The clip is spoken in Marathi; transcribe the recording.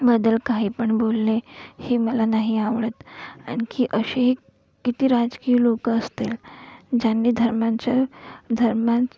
बद्दल काही पण बोलणे हे मला नाही आवडत आणखी अशीही किती राजकीय लोकं असतील ज्यांनी धर्मांच्या धर्मां